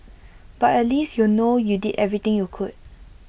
but at least you'll know you did everything you could